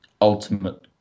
ultimate